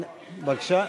בבקשה?